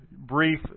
brief